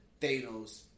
Thanos